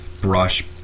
brush